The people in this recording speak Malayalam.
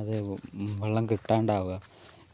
അതേപോലെ വെള്ളം കിട്ടാണ്ട് ആകുക